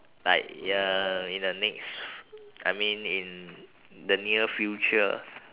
like uh in the next I mean in the near future